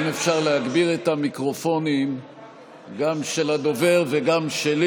אם אפשר להגביר את המיקרופונים גם של הדובר וגם שלי.